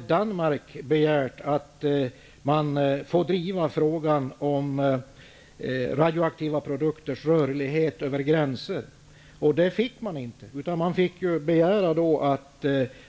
Inför Riokonferensen begärde Danmark att få driva frågan om radioaktiva produkters rörlighet över gränser. Det fick man inte. Danmark fick begära att